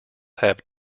have